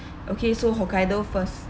okay so hokkaido first